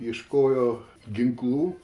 ieškojo ginklų